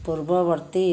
ପୂର୍ବବର୍ତ୍ତୀ